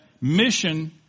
mission